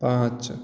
पाँच